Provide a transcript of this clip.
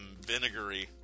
vinegary